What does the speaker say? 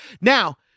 Now